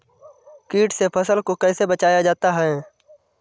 कीट से फसल को कैसे बचाया जाता हैं?